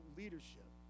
leadership